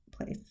place